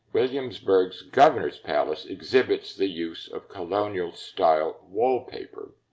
williamsburg's governor's palace exhibits the use of colonial-style wallpaper.